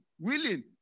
willing